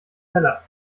teller